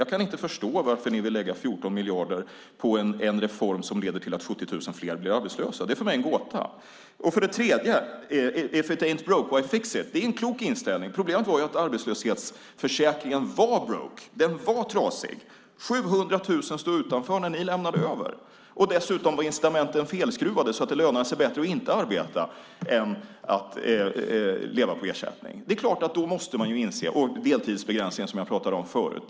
Jag kan inte förstå varför ni vill lägga 14 miljarder på en reform som leder till att 70 000 fler blir arbetslösa. Det är för mig en gåta. If it ain't broke, why fix it - det är en klok inställning. Problemet är bara att arbetslöshetsförsäkringen var "broke". Den var trasig. 700 000 stod utanför när ni lämnade över. Dessutom var incitamenten felskruvade så att det inte lönade sig bättre att arbeta än att leva på ersättning. Vi har också haft heta debatter om deltidsbegränsning, som jag talade om förut.